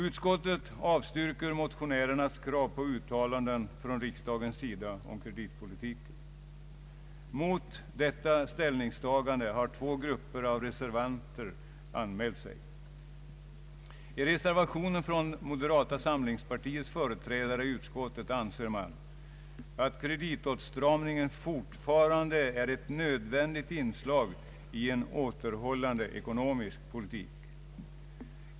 Utskottet avstyrker motionärernas krav på uttalanden från riksdagens sida om kreditpolitiken. Mot detta ställningstagande har två grupper av reservanter anmält sig. I reservationen från moderata samlingspartiets företrädare i utskottet anser man att kreditåtstramningen fortfarande är ett nödvändigt inslag i en återhållande ekonomisk politik.